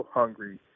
hungry